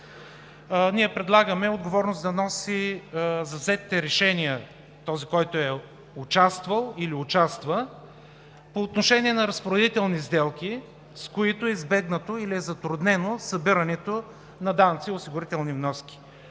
ние предлагаме отговорност за взетите решения да носи този, който е участвал или участва по отношение на разпоредителни сделки, с които е избегнато или е затруднено събирането на данъци и осигурителни вноски.